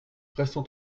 restons